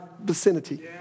vicinity